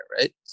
right